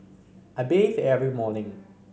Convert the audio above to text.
I bathe every morning